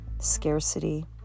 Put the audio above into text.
scarcity